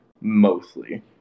mostly